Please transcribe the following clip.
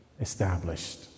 established